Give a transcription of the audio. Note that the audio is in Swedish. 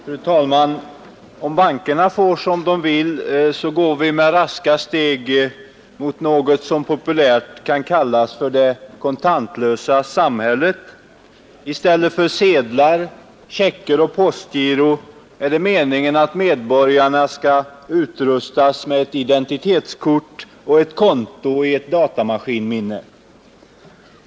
Fru talman! Om bankerna får som de vill så går vi med raska steg in i något som populärt kan kallas för ”det kontantlösa samhället”. I stället för sedlar, checker och postgiro är det meningen att medborgarna skall utrustas med ett identitetskort och ett konto i ett datamaskinminne.